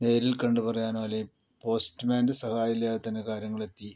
നേരിൽ കണ്ട് പറയാൻ അല്ലെങ്കിൽ പോസ്റ്റ്മാൻ്റെ സഹായം ഇല്ലാതെ തന്നെ കാര്യങ്ങൾ എത്തി